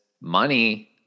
money